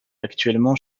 actuellement